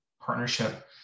partnership